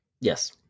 Yes